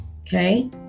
Okay